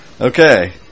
Okay